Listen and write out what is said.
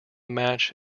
match